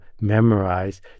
memorize